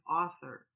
author